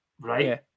Right